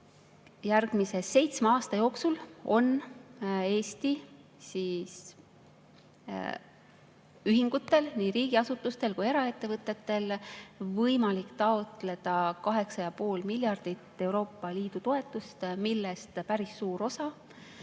järgmise seitsme aasta jooksul on Eesti ühingutel, nii riigiasutustel kui ka eraettevõtetel, võimalik taotleda 8,5 miljardit Euroopa Liidu toetust, millest päris suur osa